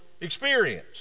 experience